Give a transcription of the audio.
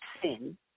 sin